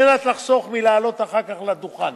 כדי לחסוך לעלות אחר כך לדוכן